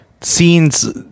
scenes